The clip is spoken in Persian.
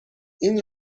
این